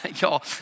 y'all